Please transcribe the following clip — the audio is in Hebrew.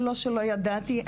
אני יודעת,